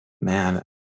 Man